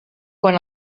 quan